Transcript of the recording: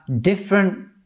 different